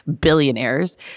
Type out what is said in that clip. billionaires